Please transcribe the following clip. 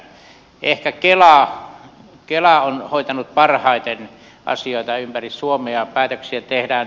ehkä kela on hoitanut parhaiten asioita ympäri suomea päätöksiä tehdään